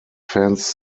fans